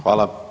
Hvala.